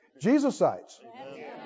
Jesusites